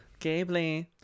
gabley